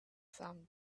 some